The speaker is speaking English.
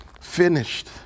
finished